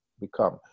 become